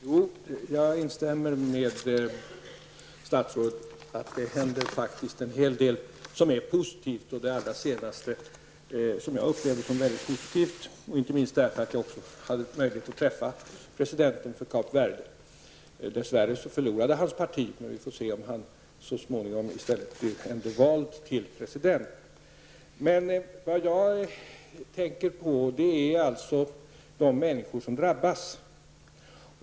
Fru talman! Jag instämmer med statsrådet att det faktiskt händer en hel del som är positivt. Jag har själv haft möjlighet att träffa presidenten för Kap Verde. Dess värre förlorade hans parti, men vi får se om han så småningom i stället blir vald till president. Jag tänker emellertid på de människor som drabbas.